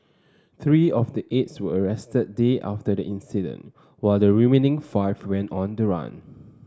three of the eight were arrested days after the incident while the remaining five went on the run